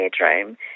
bedroom